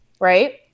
right